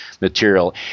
material